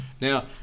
Now